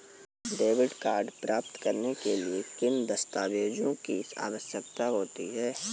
Debit card प्राप्त करने के लिए किन दस्तावेज़ों की आवश्यकता होती है?